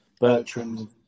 Bertrand